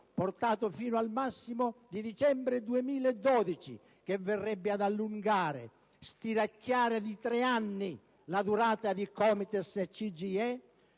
portato fino a dicembre 2012, che verrebbe ad allungare, stiracchiare di tre anni la durata di Comites e